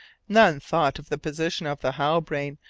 none thought of the position of the halbrane,